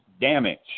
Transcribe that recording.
damage